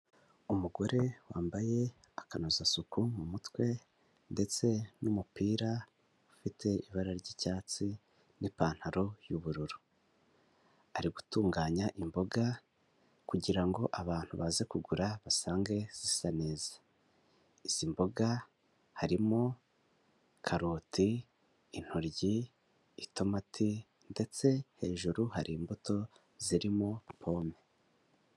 Umugore wambaye akanuozasuku mu mutwe ndetse n'umupira ufite ibara ry'icyatsi n'ipantaro y'ubururu ari gutunganya imboga kugira abantu baze kugura basange zisa neza izi mboga harimo karoti, intoryi, itomati ndetse hejuru hari imbuto zirimo pome.